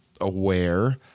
aware